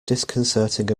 disconcerting